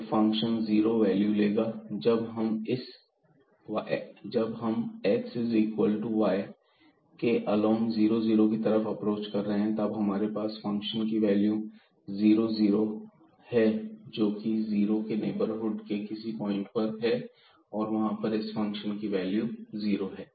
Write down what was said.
तो function zero value लेगा जब हम x is equal to y के अलौंग 00 की तरफ अप्रोच कर रहे हैं हमारे पास फंक्शन की वैल्यू 0000 हैं जोकि जीरो के नेबरहुड के किसी पॉइंट पर हैं और वहां पर इस फंक्शन की वैल्यू जीरो है